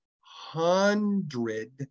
hundred